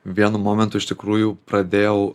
vienu momentu iš tikrųjų pradėjau